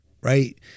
right